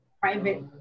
private